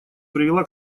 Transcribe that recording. привела